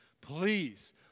please